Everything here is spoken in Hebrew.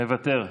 מוותר.